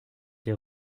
des